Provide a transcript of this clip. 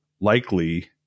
likely